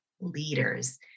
leaders